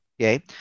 Okay